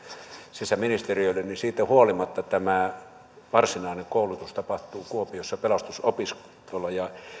sisäministeriölle niin siitä huolimatta tämä varsinainen koulutus tapahtuu kuopiossa pelastusopistolla